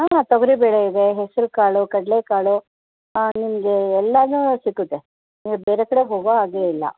ಹಾಂ ತೊಗರಿಬೇಳೆ ಇದೆ ಹೆಸ್ರುಕಾಳು ಕಡಲೆಕಾಳು ಹಾಂ ನಿಮಗೆ ಎಲ್ಲನೂ ಸಿಕ್ಕುತ್ತೆ ನೀವು ಬೇರೆ ಕಡೆ ಹೋಗೋ ಹಾಗೆ ಇಲ್ಲ